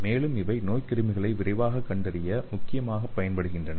மேலும் இவை நோய்க்கிருமிகளை விரைவாகக் கண்டறிய முக்கியமாக பயன்படுகின்றன